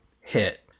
hit